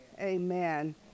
Amen